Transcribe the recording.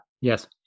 Yes